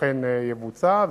אכן יבוצע.